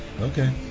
Okay